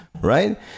right